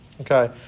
Okay